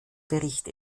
bericht